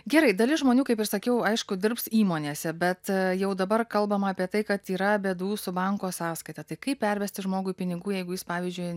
gerai dalis žmonių kaip ir sakiau aišku dirbs įmonėse bet jau dabar kalbama apie tai kad yra bėdų su banko sąskaita tai kaip pervesti žmogui pinigų jeigu jis pavyzdžiui